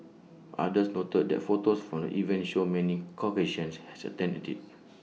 others noted that photos from the event showed many Caucasians has attended IT